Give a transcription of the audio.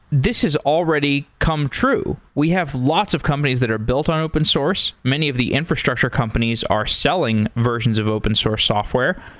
this has already come true. we have lots of companies that are built on open source. many of the infrastructure companies are selling versions of open source software.